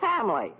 family